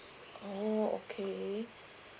oh okay